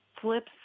flips